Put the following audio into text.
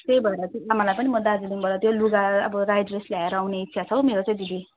त्यही भएर चाहिँ आमालाई पनि म दार्जिलिङबाट त्यो लुगा अब राई ड्रेस ल्याएर आउने इच्छा छ हौ मेरो चाहिँ दिदी